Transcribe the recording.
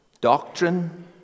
Doctrine